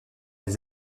des